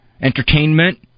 entertainment